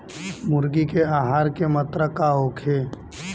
मुर्गी के आहार के मात्रा का होखे?